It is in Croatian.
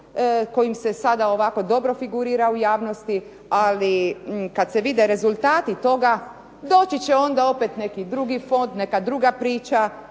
kojim se sada ovako dobro figurira u javnosti, ali kad se vide rezultati toga doći će onda opet neki drugi fond, neka druga priča,